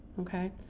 okay